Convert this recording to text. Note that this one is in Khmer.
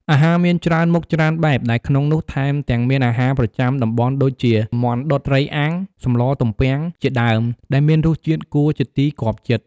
អាហារមានច្រើនមុខច្រើនបែប ដែលក្នុងនោះថែមទាំងមានអាហារប្រចាំតំបន់ដូចជា មាន់ដុត ត្រីអាំង សម្លទំពាំង ជាដើមដែលមានរស់ជាតិគួរជាទីគាប់ចិត្ត។